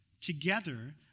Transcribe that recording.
together